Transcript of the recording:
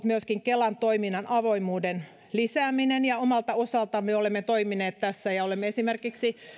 myöskin ollut kelan toiminnan avoimuuden lisääminen ja omalta osaltamme olemme toimineet tässä olemme esimerkiksi